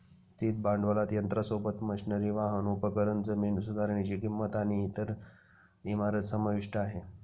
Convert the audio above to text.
स्थिर भांडवलात यंत्रासोबत, मशनरी, वाहन, उपकरण, जमीन सुधारनीची किंमत आणि इमारत समाविष्ट आहे